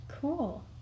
Cool